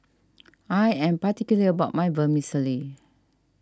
I am particular about my Vermicelli